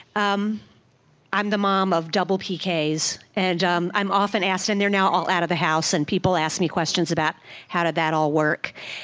um i'm the mom of double pks and um i'm often asked and they're now all out of the house and people ask me questions about how did that all work.